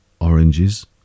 oranges